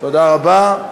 תודה רבה.